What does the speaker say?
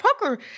poker